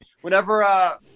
Whenever